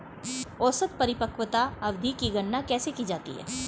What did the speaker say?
औसत परिपक्वता अवधि की गणना कैसे की जाती है?